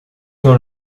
dans